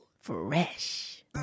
Fresh